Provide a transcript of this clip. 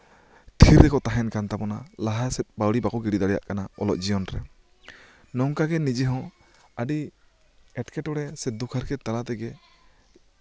ᱛᱷᱤᱨ ᱨᱮᱠᱚ ᱛᱟᱦᱮᱱ ᱠᱟᱱ ᱛᱟᱵᱚᱱᱟ ᱞᱟᱦᱟ ᱥᱮᱫ ᱯᱟᱣᱲᱤ ᱵᱟᱠᱚ ᱜᱤᱰᱤ ᱫᱟᱲᱮᱭᱟᱜ ᱠᱟᱱᱟ ᱚᱞᱚᱜ ᱡᱤᱭᱚᱱ ᱨᱮ ᱱᱚᱝᱠᱟᱜᱮ ᱱᱤᱡᱮ ᱱᱤᱡᱮ ᱦᱚᱸ ᱟᱹᱰᱤ ᱮᱸᱴᱠᱮᱴᱚᱲᱮ ᱥᱮ ᱫᱩᱠᱷ ᱦᱟᱨᱠᱮᱛ ᱛᱟᱞᱟᱛᱮᱜᱮ